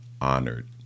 honored